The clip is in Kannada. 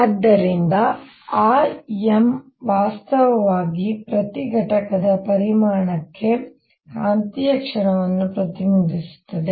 ಆದ್ದರಿಂದ ಆ M ವಾಸ್ತವವಾಗಿ ಪ್ರತಿ ಘಟಕದ ಪರಿಮಾಣಕ್ಕೆ ಕಾಂತೀಯ ಕ್ಷಣವನ್ನು ಪ್ರತಿನಿಧಿಸುತ್ತದೆ